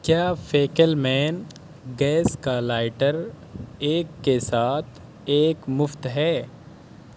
کیا فیکلمین گیس کا لائیٹر ایک کے ساتھ ایک مفت ہے